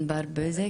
חה"כ ענבר בזק?